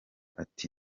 ati